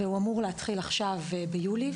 והוא אמור להתחיל עכשיו ביולי,